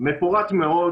משהו מפורט מאוד,